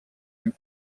amb